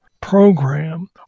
program